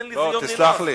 תן לי, לא, תסלח לי.